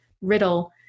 Riddle